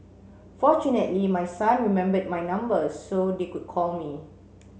fortunately my son remembered my number so they could call me